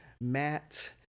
Matt